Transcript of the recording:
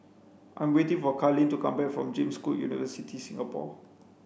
I'm waiting for Karlene to come back from James Cook University Singapore